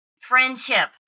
friendship